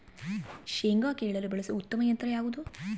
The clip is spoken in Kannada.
ಶೇಂಗಾ ಕೇಳಲು ಬಳಸುವ ಉತ್ತಮ ಯಂತ್ರ ಯಾವುದು?